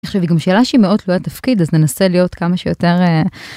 עכשיו היא גם שאלה שהיא מאוד תלוית תפקיד אז ננסה להיות כמה שיותר.